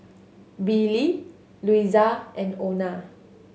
Billie Louisa and Ona